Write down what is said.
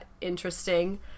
interesting